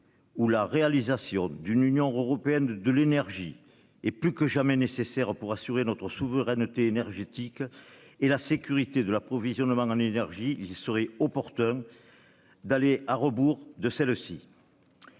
Où la réalisation d'une Union européenne de l'énergie et plus que jamais nécessaire pour assurer notre souveraineté énergétique. Et la sécurité de l'approvisionnement en énergie. Il serait opportun. D'aller à rebours de celle-ci.--